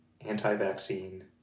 anti-vaccine